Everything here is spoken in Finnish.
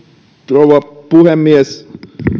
rouva puhemies